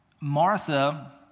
Martha